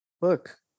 Look